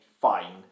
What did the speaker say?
fine